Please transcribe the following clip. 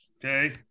okay